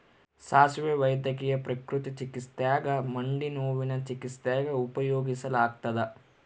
ಸಾಸುವೆ ವೈದ್ಯಕೀಯ ಪ್ರಕೃತಿ ಚಿಕಿತ್ಸ್ಯಾಗ ಮಂಡಿನೋವಿನ ಚಿಕಿತ್ಸ್ಯಾಗ ಉಪಯೋಗಿಸಲಾಗತ್ತದ